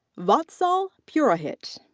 vatsal purohit.